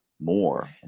more